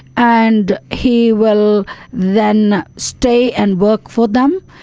and he will then stay and work for them.